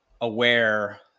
aware